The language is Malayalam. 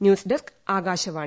news desk Akashvani